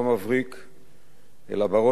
אלא בראש ובראשונה את גדעון האדם,